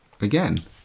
Again